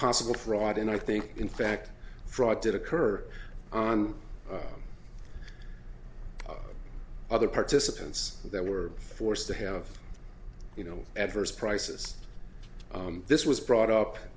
possible fraud and i think in fact fraud did occur on other participants that were forced to have you know adverse prices this was brought up